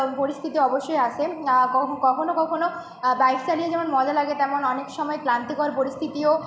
পরিস্থিতি অবশ্যই আসে কখনো কখনো বাইক চালিয়ে যেমন মজা লাগে তেমন অনেক সময় ক্লান্তিকর পরিস্থিতিও